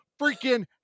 freaking